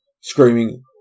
screaming